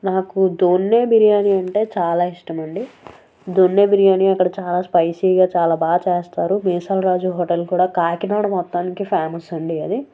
నాకు దొన్నె బిర్యాని అంటే చాలా ఇష్టం అండి దొన్నె బిర్యాని అక్కడ చాలా స్పైసీగా చాలా బాగా చేస్తారు మీసాల రాజు హోటల్ కూడా కాకినాడ మొత్తానికి ఫేమస్ అండి అది